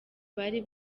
bari